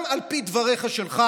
גם על פי דבריך שלך